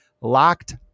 locked